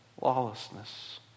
lawlessness